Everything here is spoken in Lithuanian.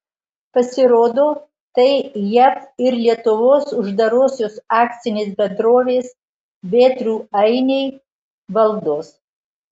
pasirodo tai jav ir lietuvos uždarosios akcinės bendrovės vėtrų ainiai valdos